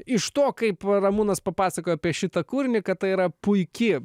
iš to kaip ramūnas papasakojo apie šitą kūrinį kad tai yra puiki